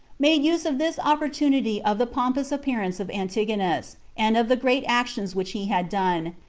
made use of this opportunity of the pompous appearance of antigonus, and of the great actions which he had done,